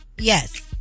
Yes